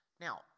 Now